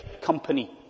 company